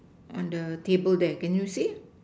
on the table there can you see